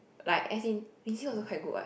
like as in Izzie also quite good what